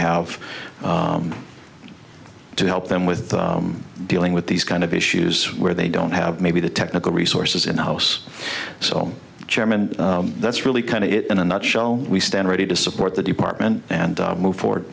have to help them with dealing with these kind of issues where they don't have maybe the technical resources in the house so chairman that's really kind of in a nutshell we stand ready to support the department and move forward